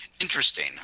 Interesting